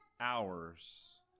hours